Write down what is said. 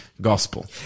gospel